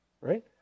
right